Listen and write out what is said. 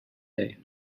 day